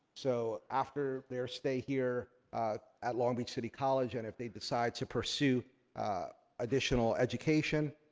so after their stay here at long beach city college, and if they decide to pursue additional education,